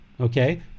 okay